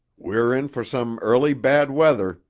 we're in for some early bad weather,